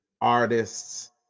artists